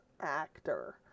actor